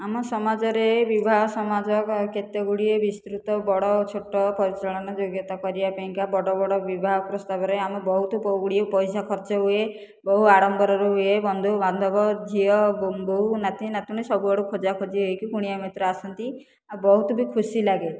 ଆମ ସମାଜରେ ବିବାହ ସମାଜ କେତେ ଗୁଡ଼ିଏ ବିସ୍କୃତ ବଡ଼ ଛୋଟ ପରିଚାଳନା ଯୋଗ୍ୟତା କରିବା ପାଇଁକା ବଡ଼ ବଡ଼ ବିବାହ ପ୍ରସ୍ତାବରେ ଆମ ବହୁତ ଗୁଡ଼ିଏ ପଇସା ଖର୍ଚ୍ଚ ହୁଏ ବହୁ ଆଡ଼ମ୍ବରରେ ହୁଏ ବନ୍ଧୁ ବାନ୍ଧବ ଝିଅ ବୋହୁ ନାତି ନାତୁଣୀ ସବୁ ଆଡ଼ୁ ଖୋଜା ଖୋଜି ହୋଇକି କୁଣିଆ ମଇତ୍ର ଆସନ୍ତି ଆଉ ବହୁତ ବି ଖୁସି ଲାଗେ